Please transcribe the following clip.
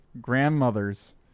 grandmothers